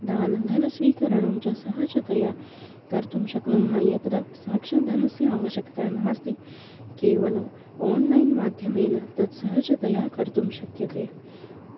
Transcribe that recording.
दानं धनस्वीकरणं च सहजतया कर्तुं शक्नुमः यत्र साक्षात् धनस्य आवश्यकता नास्ति केवलम् आन्लैन् माध्यमेन तत् सहजतया कर्तुं शक्यते